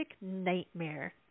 nightmare